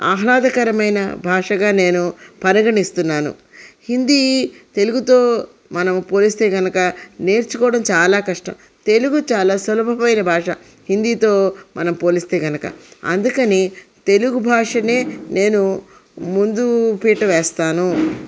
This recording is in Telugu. ఆహ్లాదకరమైన భాషగా నేను పరిగణిస్తున్నాను హిందీ తెలుగుతో మనం పోలిస్తే కనుక నేర్చుకోవడం చాలా కష్టం తెలుగు చాలా సులభమైన భాష హిందీతో మనం పోలిస్తే కనుక అందుకని తెలుగు భాషనే నేను ముందు పీట వేస్తాను